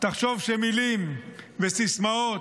תחשוב שמילים וסיסמאות,